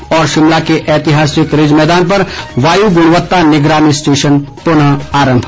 और शिमला के ऐतिहासिक रिज मैदान पर वायु गुणवता निगरानी स्टेशन पुनः आरम्भ